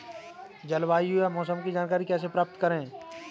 जलवायु या मौसम की जानकारी कैसे प्राप्त करें?